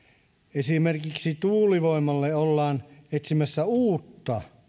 esimerkiksi tuulivoimalle ollaan etsimässä uutta